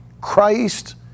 Christ